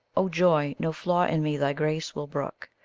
oh joy! no flaw in me thy grace will brook,